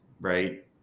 Right